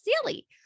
silly